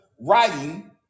writing